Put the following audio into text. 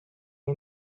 you